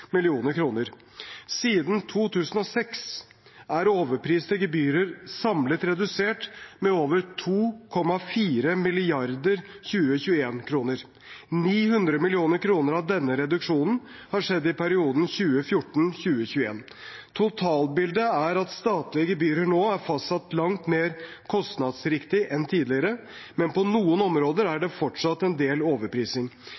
2006 er overpriste gebyrer samlet redusert med over 2,4 mrd. 2021-kroner. 900 mill. kr av denne reduksjonen har skjedd i perioden 2014–2021. Totalbildet er at statlige gebyrer nå er fastsatt langt mer kostnadsriktig enn tidligere, men på noen områder er